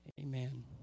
Amen